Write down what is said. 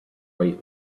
wait